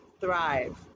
thrive